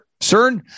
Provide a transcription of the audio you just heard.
CERN